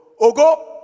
Ogo